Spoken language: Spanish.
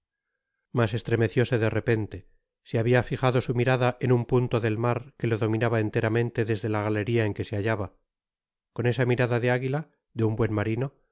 él mas estremecióse de repente se habia fijado su mirada en un punto del mar que le dominaba enteramente desde la galeria en que se hallaba con esa mirada de águila de un buen marino á